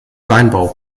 weinbau